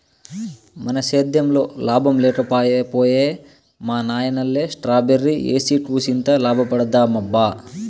మన సేద్దెంలో లాభం లేక పోయే మా నాయనల్లె స్ట్రాబెర్రీ ఏసి కూసింత లాభపడదామబ్బా